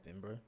bro